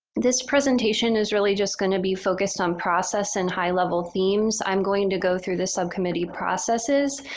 this presentation is really just going to be focused on process and high-level themes. i'm going to go through the subcommittee processes.